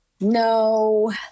No